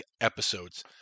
episodes